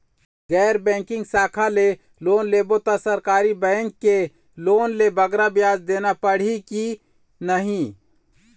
गैर बैंकिंग शाखा ले लोन लेबो ता सरकारी बैंक के लोन ले बगरा ब्याज देना पड़ही ही कि नहीं?